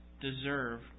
deserve